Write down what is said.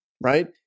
right